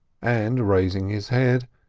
and, raising his head,